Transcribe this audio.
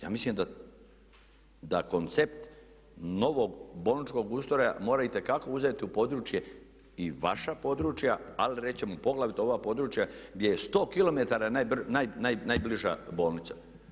Ja mislim da koncept novog bolničkog ustroja mora itekako uzeti u područje i vaša područja ali reći ćemo poglavito ova područja gdje je 100km najbliža bolnica.